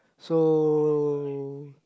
so